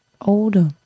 Older